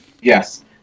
Yes